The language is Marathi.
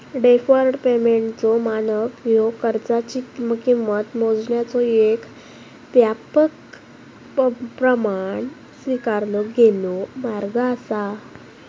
डेफर्ड पेमेंटचो मानक ह्यो कर्जाची किंमत मोजण्याचो येक व्यापकपणान स्वीकारलेलो मार्ग असा